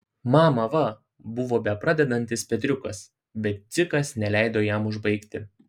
mama va buvo bepradedantis petriukas bet dzikas neleido jam užbaigti